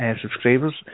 subscribers